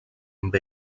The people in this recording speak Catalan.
amb